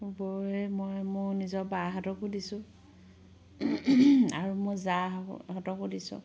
বৈ মই মোৰ নিজৰ বাহঁতকো দিছোঁ আৰু মোৰ জা হঁতকো দিছোঁ